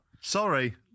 Sorry